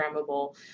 programmable